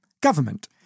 government